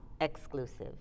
exclusive